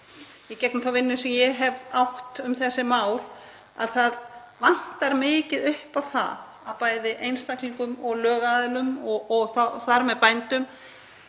í gegnum þá vinnu sem ég hef átt um þessi mál að það vantar mikið upp á að bæði einstaklingum og lögaðilum, og þar með bændum,